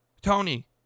Tony